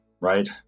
right